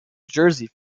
jersey